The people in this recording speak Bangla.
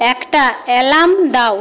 একটা অ্যালার্ম দাও